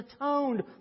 atoned